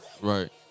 Right